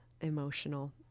emotional